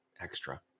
extra